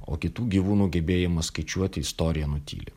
o kitų gyvūnų gebėjimą skaičiuoti istorija nutyli